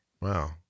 Wow